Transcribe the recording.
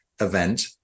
event